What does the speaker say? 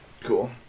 Cool